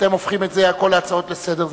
אתם הופכים הכול להצעות לסדר-היום,